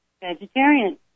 vegetarian